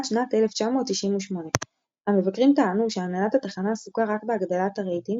שנת 1998. המבקרים טענו שהנהלת התחנה עסוקה רק בהגדלת הרייטינג,